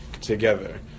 together